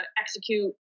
execute